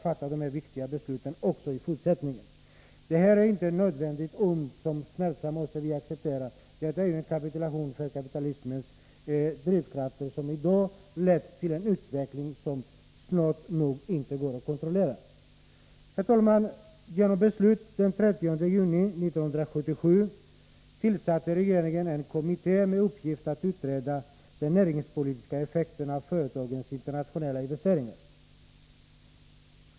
Detta är inte ett nödvändigt ont som vi smärtsamt måste acceptera. Det är en kapitulation för kapitalismens drivkrafter som har lett till en utveckling som snart nog inte går att kontrollera. Genom beslut den 30 juni 1977 tillsatte regeringen en kommitté med uppgift att utreda de näringspolitiska effekterna av företagens internationella investeringar.